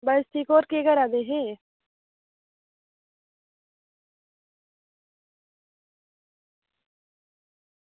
बस ठीक होर केह् करै दे हे